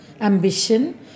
ambition